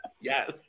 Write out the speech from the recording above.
Yes